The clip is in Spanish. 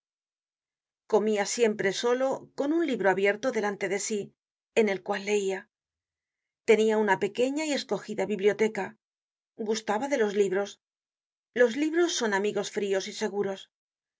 comia siempre solo con un libro abierto delante de sí en el cual lela tenia una pequeña y escogida biblioteca gustaba de los libros los libros son amigos frios y seguros a